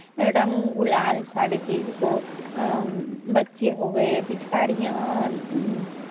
रंग गुलाल सारे चीज़ को बच्चे हो गए पिचकारियाँ